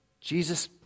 Jesus